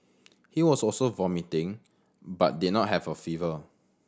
he was also vomiting but did not have a fever